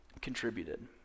contributed